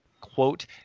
quote